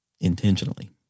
intentionally